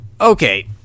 Okay